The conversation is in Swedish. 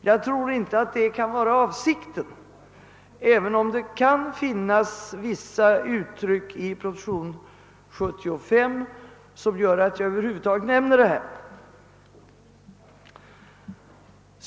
Jag tror inte att detta är avsikten, även om det finns vissa uttryck i proposition 75 som gör att jag över huvud taget nämner detta.